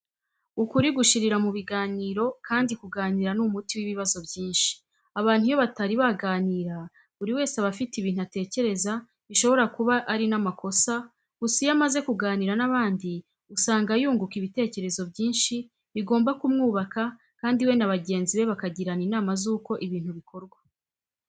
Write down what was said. Ukuri gushirira mu biganiro kandi kuganira ni umuti w'ibibazo byinshi. Abantu iyo batari baganira buri wese aba afite ibintu atekereza bishobora kuba ari n'amakosa, gusa iyo amaze kuganira n'abandi usanga yunguka ibitekerezo byinshi bigomba kumwubaka kandi we n'abagenzi bakagirana inama z'uko ibintu bikorwa.